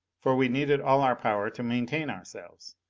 for we needed all our power to maintain ourselves.